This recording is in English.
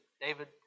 David